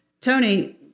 Tony